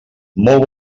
molt